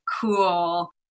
cool